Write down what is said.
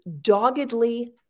doggedly